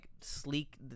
sleek